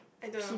I don't know